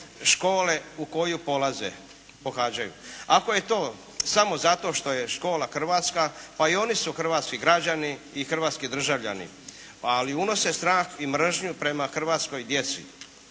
škole u koju pohađaju. Ako je to samo zato što je škola hrvatska, pa i oni su hrvatski građani i hrvatski državljani ali unose strah i mržnju prema hrvatskoj djeci.